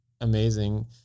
amazing